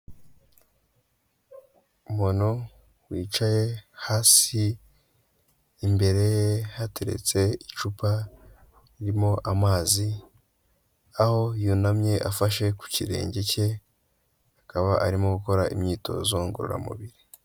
Umuntu wicaye hasi, imbere hateretse icupa ririmo amazi, aho yunamye afashe ku kirenge ke, akaba arimo gukora imyitozo ngororamubiri.